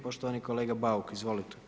Poštovani kolega Bauk, izvolite.